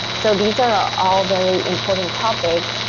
so these are all very important topic.